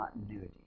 continuity